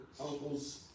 uncles